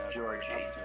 Georgie